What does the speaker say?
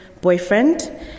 boyfriend